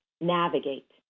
navigate